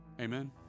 Amen